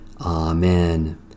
Amen